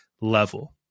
level